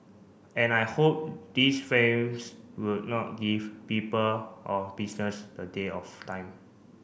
and I hope these friends will not give people or business the day of time